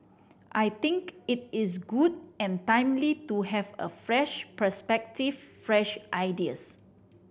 I think it is good and timely to have a fresh perspective fresh ideas